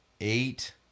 eight